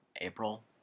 April